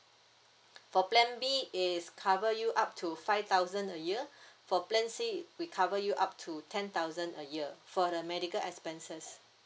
for plan b is cover you up to five thousand a year for plan c we cover you up to ten thousand a year for the medical expenses